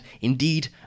indeed